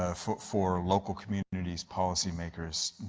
ah for for local communities, policymakers,